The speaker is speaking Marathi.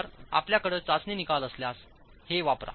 तर आपल्याकडे चाचणी निकाल असल्यास हे वापरा